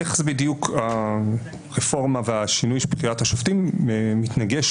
איך בדיוק הרפורמה והשינוי של פסילת השופטים מתנגש